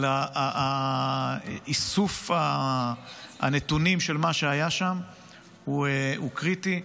אבל איסוף הנתונים של מה שהיה שם הוא קריטי,